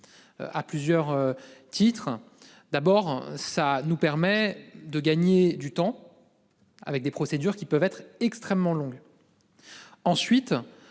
À plusieurs titres, d'abord ça nous permet de gagner du temps. Avec des procédures qui peuvent être extrêmement longues. Ensuite.